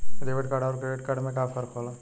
Debit card अउर credit card में का फर्क होला?